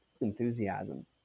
enthusiasm